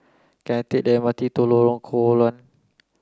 can I take the M R T to Lorong Koon Low